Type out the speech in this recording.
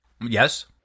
Yes